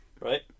right